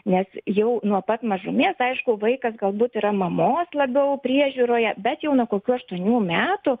nes jau nuo pat mažumės aišku vaikas galbūt yra mamos labiau priežiūroje bet jau nuo kokių aštuonių metų